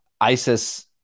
ISIS